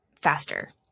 faster